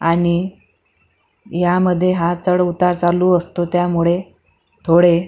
आणि यामध्ये हा चढउतार चालू असतो त्यामुळे थोडे